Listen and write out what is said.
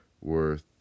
worth